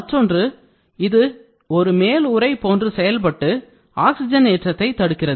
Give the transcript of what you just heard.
மற்றொன்று இது ஒரு மேல் உறை போன்று செயல்பட்டு ஆக்சிஜன் ஏற்றத்தை தடுக்கிறது